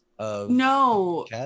No